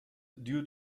due